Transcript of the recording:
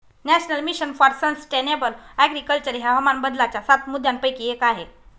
national mission for sustainable agriculture हे हवामान बदलाच्या सात मुद्यांपैकी एक आहे